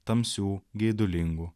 tamsių geidulingų